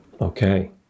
Okay